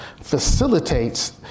facilitates